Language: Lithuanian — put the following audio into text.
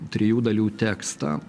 trijų dalių tekstą